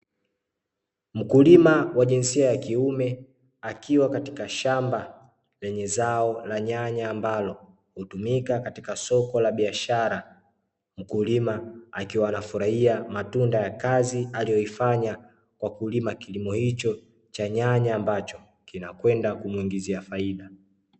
Mkulima wa jinsia ya kiume akiwa katika shamba lenye zao la nyanya, ambalo hutumika katika soko la biashara. Mkulima akiwa anafurahia matunda ya kazi aliyoifanya kwa kulima kilimo hicho, cha nyanya ambacho kinakwenda kumuingizia faida.